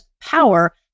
power